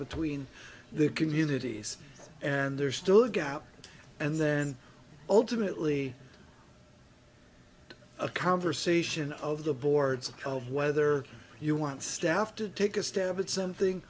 between the communities and there's still a gap and then ultimately a conversation of the boards of power whether you want staff to take a stab at something